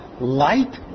light